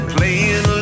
Playing